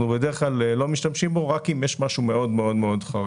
בדרך כלל אנחנו לא משתמשים אלא רק אם יש משהו מאוד מאוד חריג.